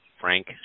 Frank